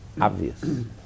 obvious